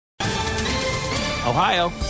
Ohio